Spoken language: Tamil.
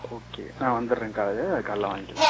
ஓகே நான் வந்துடுறேன் காலையில் காலையில் வாங்கிக்கலாம்